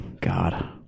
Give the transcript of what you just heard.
God